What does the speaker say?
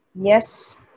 Yes